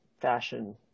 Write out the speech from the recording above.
fashion